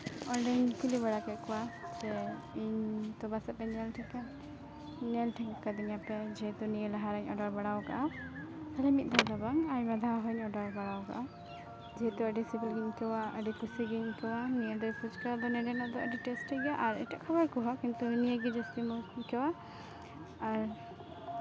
ᱚᱸᱰᱮᱧ ᱠᱩᱞᱤ ᱵᱟᱲᱟ ᱠᱮᱜ ᱠᱚᱣᱟ ᱥᱮ ᱤᱧ ᱧᱮᱞ ᱴᱷᱤᱠᱼᱟ ᱧᱮᱞ ᱴᱷᱤᱠ ᱠᱟᱫᱤᱧᱟᱯᱮ ᱡᱮᱦᱮᱛᱩ ᱱᱤᱭᱟᱹ ᱞᱟᱦᱟᱨᱤᱧ ᱚᱰᱟᱨ ᱵᱟᱲᱟᱣ ᱠᱟᱜᱼᱟ ᱠᱷᱟᱹᱞᱤ ᱢᱤᱫ ᱫᱷᱟᱣ ᱫᱚ ᱵᱟᱝ ᱟᱭᱢᱟ ᱫᱷᱟᱣ ᱦᱚᱸᱧ ᱚᱰᱟᱨ ᱵᱟᱲᱟ ᱠᱟᱜᱼᱟ ᱡᱮᱦᱮᱛᱩ ᱟᱹᱰᱤ ᱥᱤᱵᱤᱞ ᱜᱤᱧ ᱟᱹᱭᱠᱟᱹᱣᱟ ᱟᱹᱰᱤ ᱠᱩᱥᱤᱜᱤᱧ ᱟᱹᱭᱠᱟᱹᱣᱟ ᱱᱤᱭᱟᱹ ᱫᱳᱭ ᱯᱷᱩᱪᱠᱟ ᱫᱚ ᱱᱚᱰᱮᱱᱟᱜ ᱫᱚ ᱟᱹᱰᱤ ᱴᱮᱥᱴᱤ ᱜᱮᱭᱟ ᱟᱨ ᱮᱴᱟᱜ ᱠᱷᱟᱵᱟᱨ ᱠᱚᱦᱚᱸ ᱠᱤᱱᱛᱩ ᱱᱤᱭᱟᱹᱜᱮ ᱡᱟᱹᱥᱛᱤ ᱢᱚᱡᱽ ᱤᱧ ᱟᱹᱭᱠᱟᱹᱣᱟ ᱟᱨ